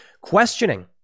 questioning